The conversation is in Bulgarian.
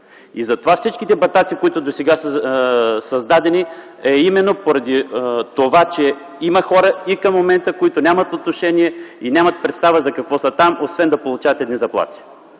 Затова всичките батаци, които досега са създадени, са именно поради това, че има хора и към момента, които нямат отношение и нямат представа за какво са там, освен да получават едни заплати.